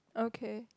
okay